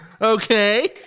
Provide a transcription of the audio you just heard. Okay